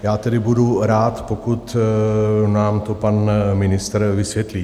Já tedy budu rád, pokud nám to pan ministr vysvětlí.